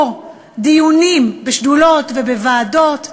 גם כשעשינו פה דיונים בשדולות ובוועדות,